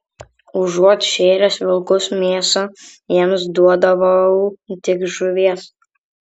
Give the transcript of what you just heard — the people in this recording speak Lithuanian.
užuot šėręs vilkus mėsa jiems duodavau tik žuvies